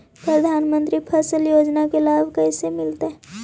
प्रधानमंत्री फसल योजना के लाभ कैसे मिलतै?